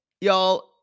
Y'all